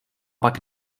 pak